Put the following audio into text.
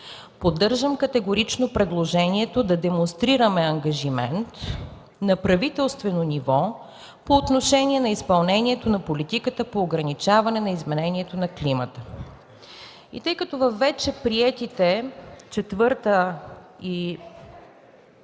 Поддържам категорично предложението да демонстрираме ангажимент на правителствено ниво по отношение на изпълнението на политиката по ограничаване на изменението на климата.” И тъй като във вече приетите чл. 4 и